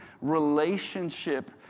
relationship